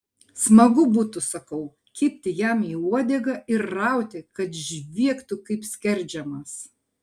smagu būtų sakau kibti jam į uodegą ir rauti kad žviegtų kaip skerdžiamas